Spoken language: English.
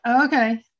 Okay